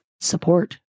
support